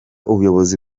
ubuyobozi